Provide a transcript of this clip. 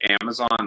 Amazon